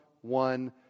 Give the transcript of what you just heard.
one